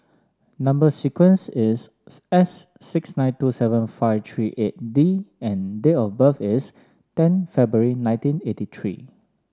number sequence is S six nine two seven five three eight D and date of birth is ten February nineteen eighty three